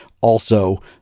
also-